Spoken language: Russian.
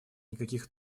никаких